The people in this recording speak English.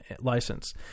license